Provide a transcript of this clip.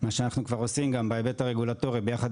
מה שאנחנו כבר עושים גם בהיבט הרגולטורי ביחד